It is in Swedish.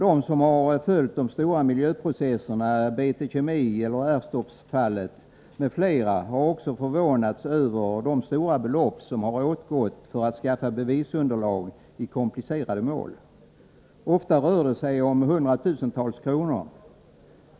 De som följt de stora miljöprocesserna BT Kemi, Erstorp-fallet m.fl. har också förvånats över de stora belopp som åtgått för att skaffa bevisunderlag i komplicerade mål. Ofta rör det sig om hundratusentals kronor.